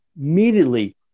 immediately